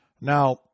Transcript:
Now